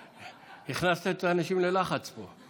הכנסת את האנשים ללחץ פה.